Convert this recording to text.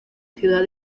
ciudad